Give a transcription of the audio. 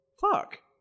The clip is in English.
Fuck